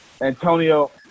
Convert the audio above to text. Antonio